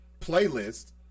playlist